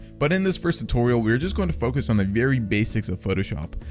but in this first tutorial, we're just going to focus on the very basics of photoshop.